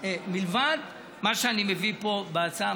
מלבד מה שאני מביא פה בהצעה,